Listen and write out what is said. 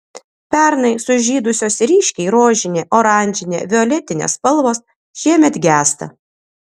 pernai sužydusios ryškiai rožinė oranžinė violetinė spalvos šiemet gęsta